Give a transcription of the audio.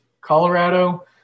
Colorado